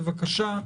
בבקשה,